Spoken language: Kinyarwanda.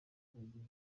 bagiye